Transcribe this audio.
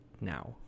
now